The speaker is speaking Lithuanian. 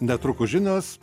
netrukus žinios